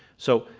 so,